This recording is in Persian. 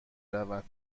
رود